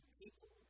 people